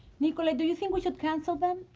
nicolae, do you think we should cancel them?